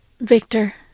Victor